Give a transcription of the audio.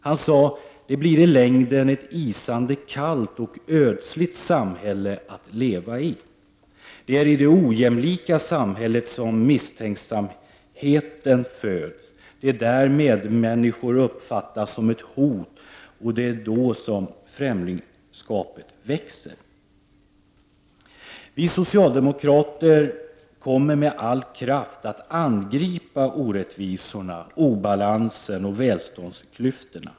Han sade: Det blir i längden ett isande kallt och ödsligt samhälle att leva i. Det är i det ojämlika samhället som misstänksamheten föds. Det är där som medmänniskor uppfattas som ett hot, och det är då som främlingskapet växer. Vi socialdemokrater kommer med all kraft att angripa orättvisorna, obalansen och välståndsklyftorna.